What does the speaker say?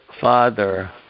father